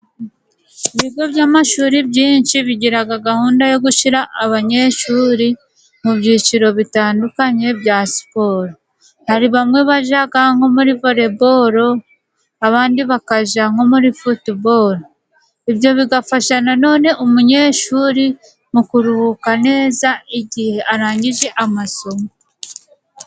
Ibigo by'amashuri byinshi bigiraga gahunda yo gushira abanyeshuri mu byiciro bitandukanye bya siporo. Hari bamwe bajaga nko muri volebolo, abandi bakaja nko muri futubolo ,ibyo bigafasha nanone umunyeshuri mu kuruhuka neza igihe arangije amasomo.